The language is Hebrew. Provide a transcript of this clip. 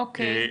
אוקיי.